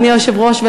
אדוני היושב-ראש,